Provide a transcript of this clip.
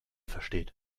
versteht